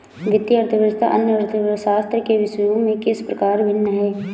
वित्तीय अर्थशास्त्र अन्य अर्थशास्त्र के विषयों से किस प्रकार भिन्न है?